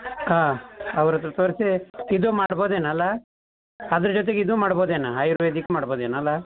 ಹಾಂ ಅವರ ಹತ್ರ ತೋರಿಸಿ ಇದು ಮಾಡ್ಬೋದೇನೋ ಅಲ್ಲಾ ಅದರ ಜೊತೆಗೆ ಇದು ಮಾಡ್ಬೋದೇನೋ ಆಯುರ್ವೇದಿಕ್ ಮಾಡ್ಬೋದೇನೋ ಅಲ್ಲಾ